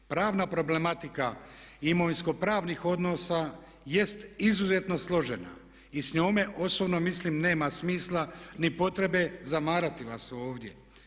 Pravna problematika imovinsko-pravnih odnosa jest izuzetno složena i s njome osobno mislim nema smisla ni potrebe zamarati vas ovdje.